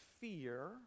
fear